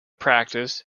practice